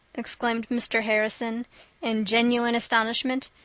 exclaimed mr. harrison in genuine astonishment,